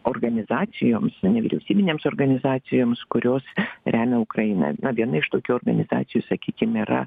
organizacijoms nevyriausybinėms organizacijoms kurios remia ukrainą na viena iš tokių organizacijų sakykim yra